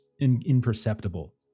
imperceptible